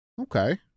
Okay